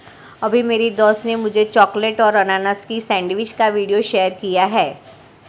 अभी मेरी दोस्त ने मुझे चॉकलेट और अनानास की सेंडविच का वीडियो शेयर किया है